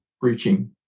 preaching